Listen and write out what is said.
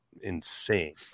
insane